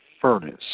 furnace